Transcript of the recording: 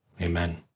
Amen